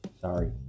sorry